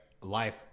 life